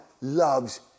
loves